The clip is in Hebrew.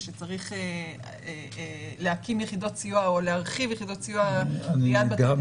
ושצריך להקים יחידות סיוע או להרחיב סיוע ליד בתי הדין